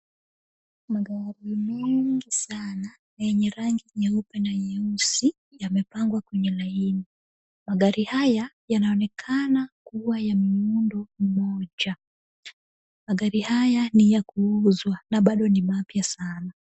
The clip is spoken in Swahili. Magari mengi sana yenye rangi nyeupe na nyeusi yamepangwa kwenye laini . Magari haya yanaonekana kuwa ya miundo mmoja. Magari haya ni ya kuuzwa na bado ni mapya sana.